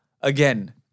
again